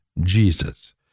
Jesus